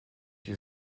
die